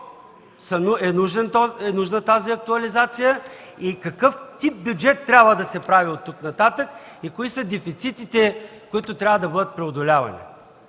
е нужна тази актуализация и какъв тип бюджет трябва да се прави оттук нататък, и какви са дефицитите, които трябва да бъдат преодолявани.